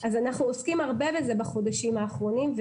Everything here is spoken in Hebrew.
אז אנחנו עוסקים הרבה בזה בחודשים האחרונים,